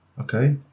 Okay